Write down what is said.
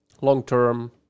long-term